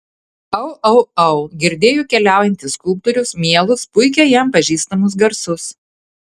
au au au girdėjo keliaujantis skulptorius mielus puikiai jam pažįstamus garsus